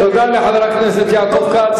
תודה לחבר הכנסת יעקב כץ.